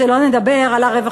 שלא נדבר על הרווחה,